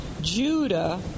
Judah